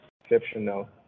exceptional